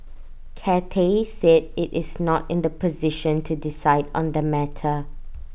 Cathay said IT is not in the position to decide on the matter